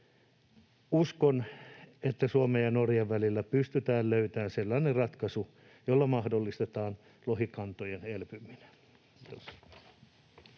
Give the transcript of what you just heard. Uskon, että Suomen ja Norjan välillä pystytään löytämään sellainen ratkaisu, jolla mahdollistetaan lohikantojen elpyminen.